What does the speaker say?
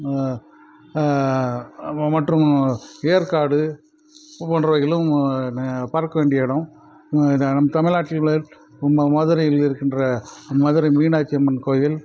மற்றும் ஏற்காடு போன்றவைகளும் பார்க்க வேண்டிய இடம் நம் தமிழ்நாட்டில் உள்ள மதுரையில் இருக்கின்ற மதுரை மீனாட்சி அம்மன் கோயில்